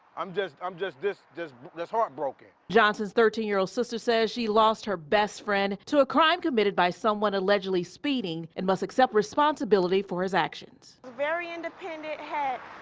i'm just i'm just this does this heartbroken johnson's thirteen year-old sister says she lost her best friend to a crime committed by someone allegedly speeding and must accept responsibility for his actions very independent head.